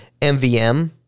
MVM